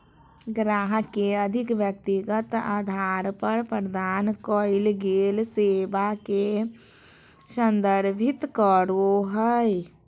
ग्राहक के अधिक व्यक्तिगत अधार पर प्रदान कइल गेल सेवा के संदर्भित करो हइ